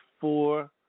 four